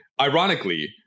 ironically